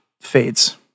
fades